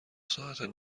ساعت